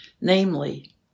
namely